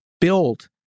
build